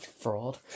fraud